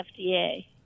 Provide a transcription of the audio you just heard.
FDA